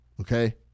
Okay